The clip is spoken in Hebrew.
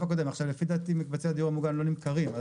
לפי דעתי מקבצי הדיור המוגן לא נמכרים,